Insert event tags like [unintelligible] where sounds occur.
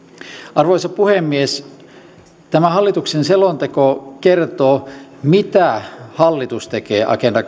arvoisa puhemies tämä hallituksen selonteko kertoo mitä hallitus tekee agenda [unintelligible]